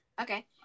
Okay